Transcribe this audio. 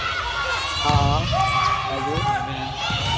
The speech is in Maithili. हँ बाजू